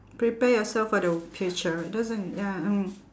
prepare yourself for the future doesn't ya mm